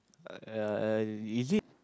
uh is it